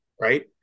Right